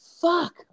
fuck